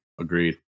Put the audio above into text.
Agreed